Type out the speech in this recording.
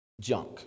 junk